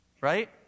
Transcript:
right